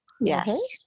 Yes